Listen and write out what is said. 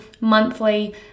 monthly